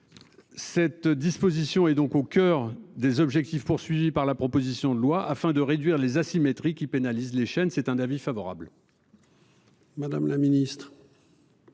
Cette disposition est donc au coeur des objectifs poursuivis par la proposition de loi afin de réduire les asymétries qui pénalise les chaînes c'est un avis favorable. Madame la Ministre.